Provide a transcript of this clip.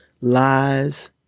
lies